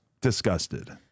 disgusted